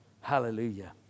Hallelujah